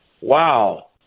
Wow